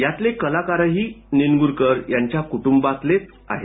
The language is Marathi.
यातले कलाकारही निनगुरकर यांच्या कुटुंबातलेच आहेत